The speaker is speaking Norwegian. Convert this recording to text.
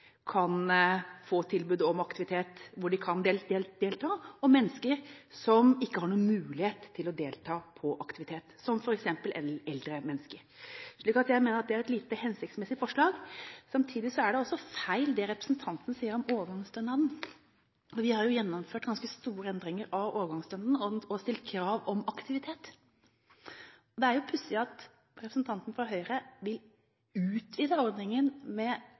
kan arbeide, kan få tilbud om aktivitet hvor de kan delta, og mennesker som ikke har noen mulighet til å delta på aktivitet – som f.eks. eldre mennesker. Så jeg mener at det er et lite hensiktsmessig forslag. Samtidig er det også feil det representanten sier om overgangsstønaden. Vi har jo gjennomført ganske store endringer av overgangsstønaden og stilt krav om aktivitet. Det er jo pussig at representanten fra Høyre vil utvide ordningen med